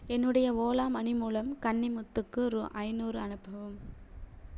என்னுடைய ஓலா மனி மூலம் கன்னிமுத்துக்கு ரூ ஐநூறு அனுப்பவும்